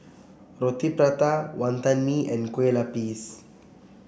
Roti Prata Wantan Mee and Kue Lupis